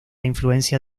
influencia